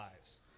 lives